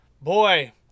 boy